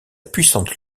puissante